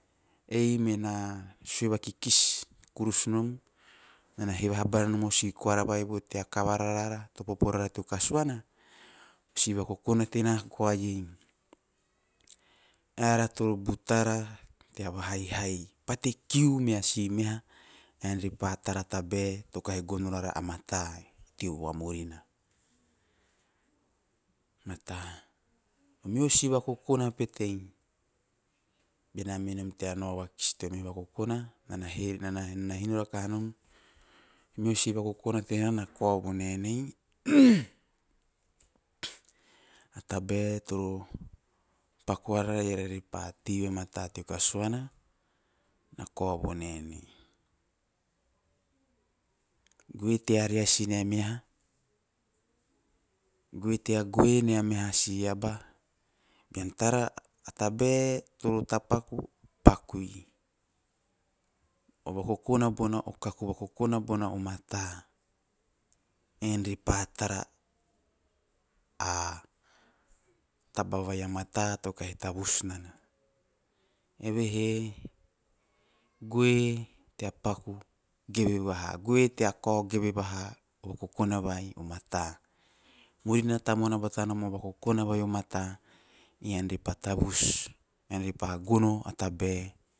Ei mena sue vakikis kuros nom, enana he vahabanom a sikoara vai tea kavara rara to popo rara teo kasuana. O vakokona tena koai eara toro butara tea vahaihai tea kiu mea si meha ean re pa tara a tabae to kahi gono vara a mata teo vamurina, mata. O meho si vakokona petei bena meinom tea nao vakis teo meho vakokona tena na kao vo naenei a tabae toro paku ara eara repa tei vamata teo kasuana na vo naenei. Goe tea reasi nea meha, goe tea goe nea meha si aba, bean tara a tabae toro tapaku pakiu. O vakokona bona, o kaku vakokona bona o mata ean pa tara a - a taba, o kaku vakokona bona o mata ean re pa tara a - a taba vai a mata to kahi tavus nana evehe goe tea paku geve vaha, goe tea kao geve vaha o vakokona vai o mata. Goe na tamona bata nomo vakokona o bai a mata ean repa tavus, ean repa gono, a tabe